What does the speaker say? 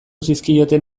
zizkioten